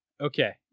Okay